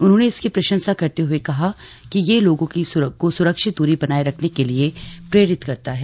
उन्होंने इसकी प्रशंसा करते हुए कहा कि यह लोगों को सुरक्षित दूरी बनाए रखने के लिए प्रेरित करता है